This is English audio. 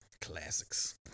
Classics